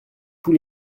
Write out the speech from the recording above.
tous